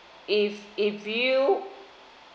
if if you